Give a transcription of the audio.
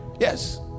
Yes